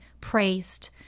praised